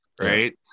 Right